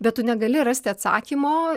bet tu negali rasti atsakymo